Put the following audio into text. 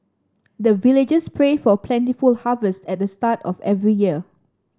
the villagers pray for plentiful harvest at the start of every year